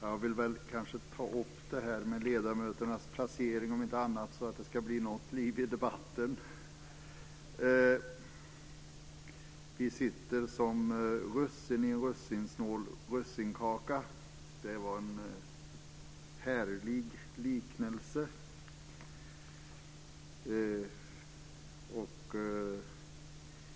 Fru talman! Jag vill ta upp det här med ledamöternas placering - om inte annat så för att det ska bli något liv i debatten. Vi sitter som russin i en russinsnål russinkaka - det var en härlig liknelse.